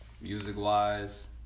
Music-wise